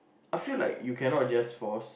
I feel like you cannot just force